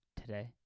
today